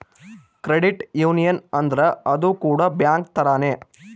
credit union ಅಂದ್ರ ಅದು ಕೂಡ ಬ್ಯಾಂಕ್ ತರಾನೇ